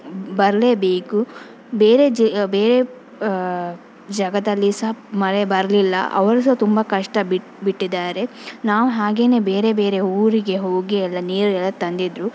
ಬರಲೇಬೇಕು ಬೇರೆ ಜೆ ಬೇರೆ ಜಾಗದಲ್ಲಿ ಸಹ ಮಳೆ ಬರಲಿಲ್ಲ ಅವರು ಸಹ ತುಂಬ ಕಷ್ಟ ಬಿಟ್ಟಿದ್ದಾರೆ ನಾವು ಹಾಗೇನೆ ಬೇರೆ ಬೇರೆ ಊರಿಗೆ ಹೋಗಿ ಎಲ್ಲ ನೀರೆಲ್ಲ ತಂದಿದ್ದರು